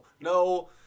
No